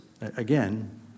Again